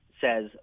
says